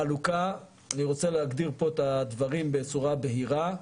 החלוקה אני רוצה להגדיר פה את הדברים בצורה בהירה,